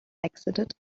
exited